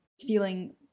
feeling